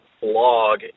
blog